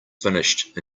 finished